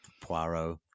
Poirot